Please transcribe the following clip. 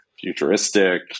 futuristic